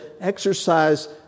exercise